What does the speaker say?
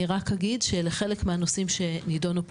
אני רק אגיד שלחלק מהנושאים שנדונו פה